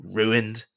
ruined